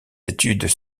études